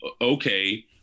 okay